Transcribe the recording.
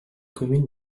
commune